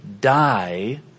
die